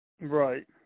Right